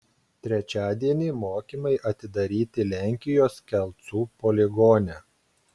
trečiadienį mokymai atidaryti lenkijos kelcų poligone